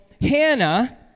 Hannah